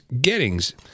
Gettings